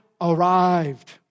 arrived